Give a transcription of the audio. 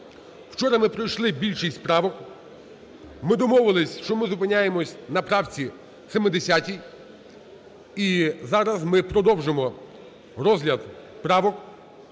Вчора ми пройшли більшість правок. Ми домовились, що ми зупиняємось на правці 70. І зараз ми продовжимо розгляд правок.